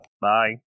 bye